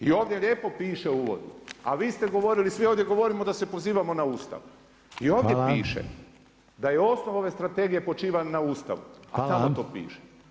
I ovdje lijepo piše u uvodu, a vi ste govorili, svi ovdje govorimo da se pozivamo na Ustav [[Upadica Reiner: Hvala.]] Ovdje piše da je osnov ove strategije počiva na Ustavu, tamo to piše.